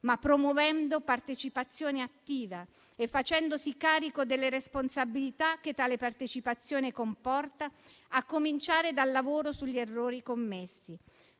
ma promuovendo partecipazione attiva e facendosi carico delle responsabilità che tale partecipazione comporta, a cominciare dal lavoro sugli errori commessi,